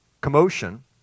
commotion